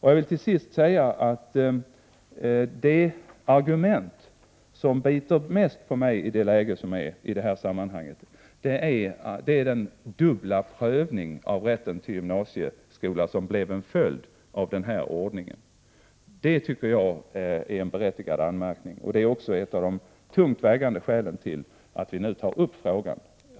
Till sist vill jag säga att det argument i detta sammanhang som har bitit mest på mig i det här läget gäller den dubbla prövningen av frågan om rätten till gymnasieutbildning, som blev en följd av nämnda ordning. Jag tycker att anmärkningen i detta avseende är berättigad. Detta är också ett av de tungt vägande skälen till att vi nu tar upp frågan.